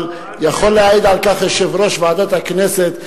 אבל יכול להעיד על כך יושב-ראש ועדת הכנסת,